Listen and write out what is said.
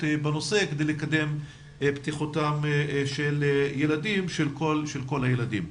בנושא כדי לקדם בטיחותם של כל הילדים.